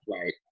Right